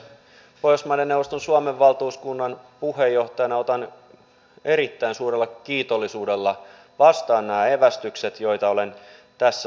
pohjoismaiden neuvoston suomen valtuuskunnan puheenjohtajana otan erittäin suurella kiitollisuudella vastaan nämä evästykset joita olen tässä saanut